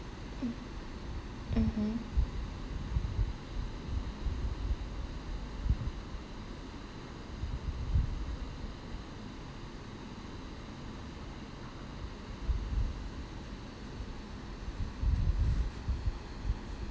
mmhmm